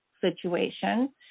situation